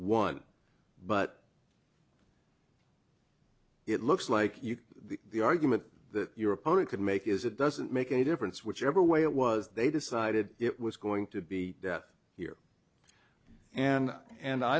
one but it looks like the argument that your opponent could make is it doesn't make any difference whichever way it was they decided it was going to be here and and i